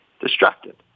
distracted